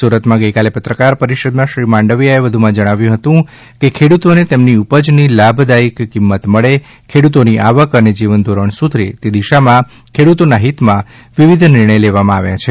સુરતમાં ગઈકાલે પત્રકાર પરિષદમાં શ્રી માંડવીયાએ વધુમાં જણાવ્યું હતુ કે ખેડૂતોને તેમની ઉપજની લાભદાયિક કિંમત મળે ખેડૂતોની આવક અને જીવનધીરણ સુધરે તે દિશામાં ખેડૂતોના હિતમાં વિવિધ નિર્ણય લેવામાં આવ્યા છે